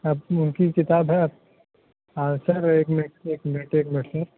آپ ان کی کتاب ہے ہاں سر ایک منٹ ایک منٹ ایک منٹ سر